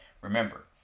Remember